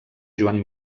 joan